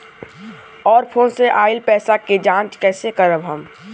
और फोन से आईल पैसा के जांच कैसे करब हम?